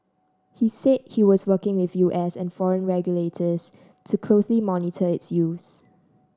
he said he was working with U S and foreign regulators to closely monitor its use